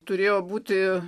turėjo būti